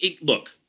look